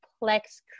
complex